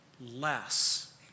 Less